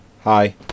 hi